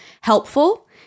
helpful